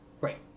Right